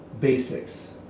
basics